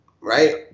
right